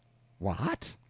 what?